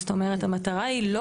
זאת אומרת, המטרה היא לא